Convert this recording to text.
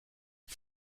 een